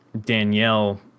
danielle